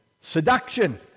Seduction